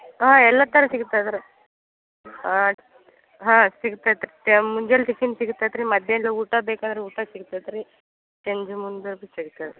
ಹಾಂ ಎಲ್ಲ ಥರ ಸಿಗ್ತದೆ ರೀ ಹಾಂ ಸಿಗ್ತೈತ್ರಿ ಎ ಮುಂಜಾಲಿ ಟಿಫಿನ್ ಸಿಗ್ತೈತ್ರಿ ಮಧ್ಯಹ್ನ ಊಟ ಬೇಕಂದ್ರ ಊಟ ಸಿಗ್ತೈತ್ರಿ ಸಂಜೆ ಮುಂದೆ